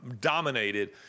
dominated